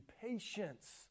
patience